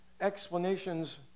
explanations